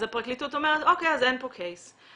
אז הפרקליטות אומרת שאין פה תיק.